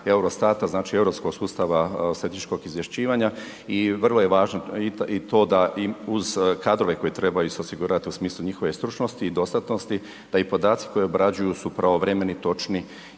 EUROSTAT-a znači Europskog sustava statističkog izvješćivanja i vrlo je važno i to da uz kadrove koje trebaju isto osigurat u smislu njihove stručnosti i dostatnosti, da i podaci koje obrađuju su pravovremeni, točni